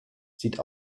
sieht